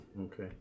Okay